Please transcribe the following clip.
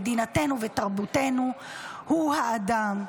מדינתנו ותרבותנו הוא האדם.